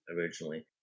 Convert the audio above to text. originally